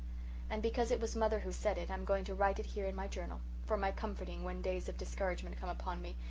and because it was mother who said it i'm going to write it here in my journal, for my comforting when days of discouragement come upon me,